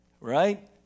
right